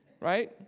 right